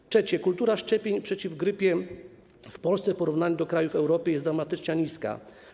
Po trzecie, kultura szczepień przeciw grypie w Polsce w porównaniu z krajami Europy jest dramatycznie niska.